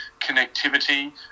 connectivity